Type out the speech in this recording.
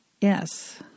Yes